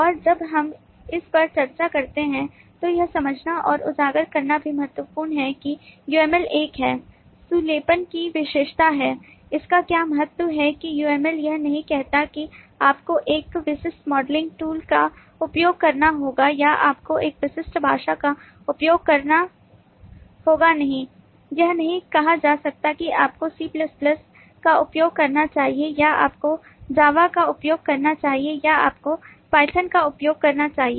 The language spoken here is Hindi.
और जब हम इस पर चर्चा करते हैं तो यह समझना और उजागर करना भी महत्वपूर्ण है कि UML एक है खुलेपन की विशेषता है इसका क्या मतलब है कि UML यह नहीं कहता है कि आपको एक विशिष्ट मॉडलिंग टूल का उपयोग करना होगा या आपको एक विशिष्ट भाषा का उपयोग करना होगा नहीं यह नहीं कहा जाएगा कि आपको C का उपयोग करना चाहिए या आपको जावा का उपयोग करना चाहिए या आपको python का उपयोग करना चाहिए